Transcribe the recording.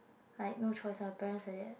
like no choice our parents like that